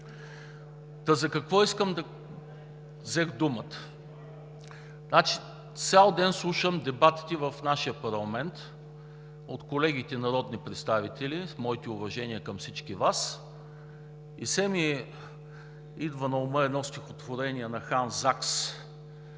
за какво взех думата? Цял ден слушам дебатите в нашия парламент от колегите народни представители – моите уважения към всички Вас, и все ми идва на ума едно стихотворение на Ханс Закс,